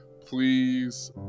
please